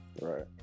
Right